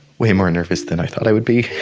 way more nervous than i thought i would be,